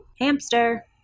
Hamster